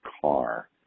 car